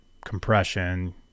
Compression